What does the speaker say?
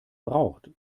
braucht